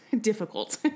difficult